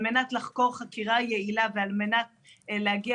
על מנת לחקור חקירה יעילה ועל מנת להגיע